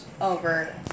over